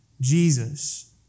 Jesus